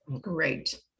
Great